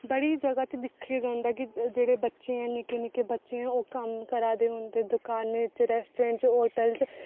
बड़ी जगह च दिक्खेआ जंदा ऐ कि जेहड़े बच्चे ना निक्के निक्के ओह् कम्म करा दे ना ते दुकानें च रेस्ट्रोरेंट च जां होटल च